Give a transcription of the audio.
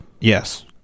Yes